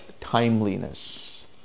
timeliness